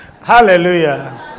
hallelujah